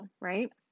right